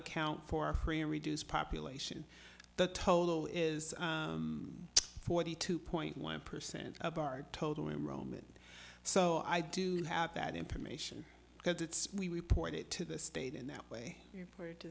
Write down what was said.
account for free and reduced population the total is forty two point one percent of our total enrolment so i do have that information because it's we report it to the state in that way or to t